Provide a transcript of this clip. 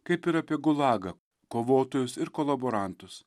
kaip ir apie gulagą kovotojus ir kolaborantus